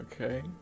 Okay